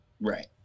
Right